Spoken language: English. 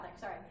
sorry